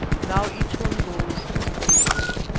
now each one goes his own way.